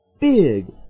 big